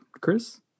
Chris